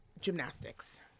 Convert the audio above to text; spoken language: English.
gymnastics